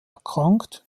erkrankt